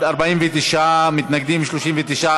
(בזק ושידורים) (תיקון,